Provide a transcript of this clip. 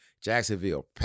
Jacksonville